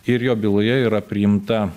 ir jo byloje yra priimta